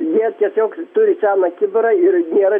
jie tiesiog turi seną kibirą ir nėra